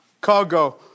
cargo